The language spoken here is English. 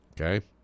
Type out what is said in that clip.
Okay